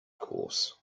course